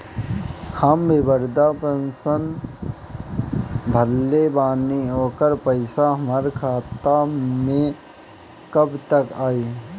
हम विर्धा पैंसैन भरले बानी ओकर पईसा हमार खाता मे कब तक आई?